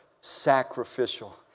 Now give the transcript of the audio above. sacrificial